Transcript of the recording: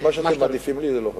מה שאתם מעדיפים, לי זה לא חשוב.